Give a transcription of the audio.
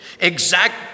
exact